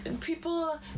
people